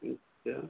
अच्छा